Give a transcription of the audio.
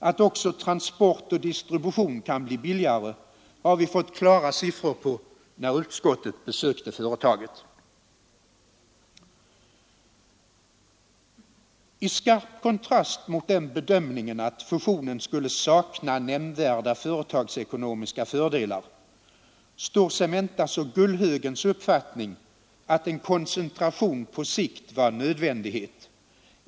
Att också transport och distribution kan bli billigare har vi fått klara siffror på när utskottet besökte företaget. I skarp kontrast mot den bedömningen att fusionen skulle sakna nämnvärda företagsekonomiska fördelar står Cementas och Gullhögens uppfattning att en koncentration på sikt var en nödvändighet.